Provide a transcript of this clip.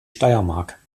steiermark